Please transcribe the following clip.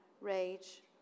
rage